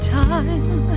time